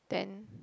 then